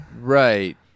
Right